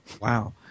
Wow